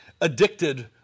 addicted